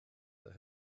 that